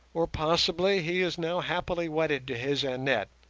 or possibly he is now happily wedded to his annette,